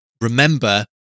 remember